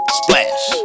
splash